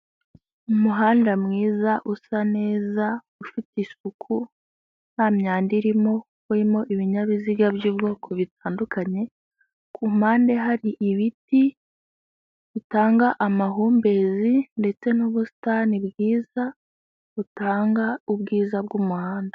Umuhanda mwiza, usa neza, ufite isuku, nta myanda irimo, urimo ibinyabiziga by'ubwoko butandukanye, ku mpande hari ibiti bitanga amahumbezi ndetse n'ubusitani bwiza butanga ubwiza bw'umuhanda.